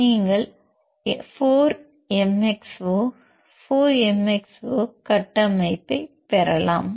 நீங்கள் 4 MXO 4 MXO கட்டமைப்பைப் பெறலாம்